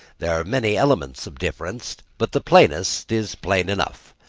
there are many elements of difference but the plainest is plain enough.